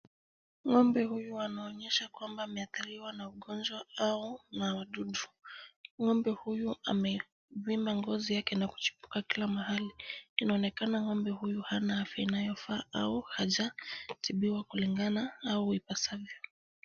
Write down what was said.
Ng'ombe huyu anaonyesha kwamba ameathariwa na ugonjwa au na wadudu. Ng'ombe huyu amevimba ngozi yake na kuchipuka kila mahali. Kinaonekana ng'ombe huyu hana afya inayofaa au hajatibiwa kulingana au ipasavyo.